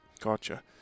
gotcha